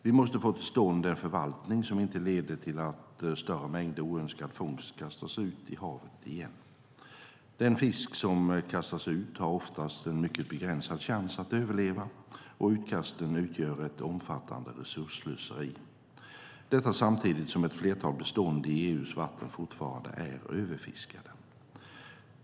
Vi måste få till stånd en förvaltning som inte leder till att större mängder oönskad fångst kastas ut i havet igen. Den fisk som kastas ut har oftast en mycket begränsad chans att överleva, och utkasten utgör ett omfattande resursslöseri, detta samtidigt som ett flertal bestånd i EU:s vatten fortfarande är överfiskade.